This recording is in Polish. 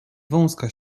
wąska